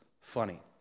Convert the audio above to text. funny